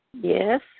Yes